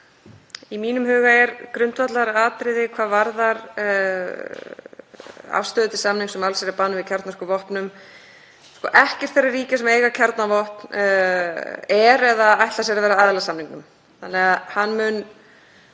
Í mínum huga er grundvallaratriði hvað varðar afstöðu til samnings um allsherjarbann við kjarnorkuvopnum — ekkert þeirra ríkja sem eiga kjarnavopn er eða ætlar sér að verða aðili að samningnum þannig að hann mun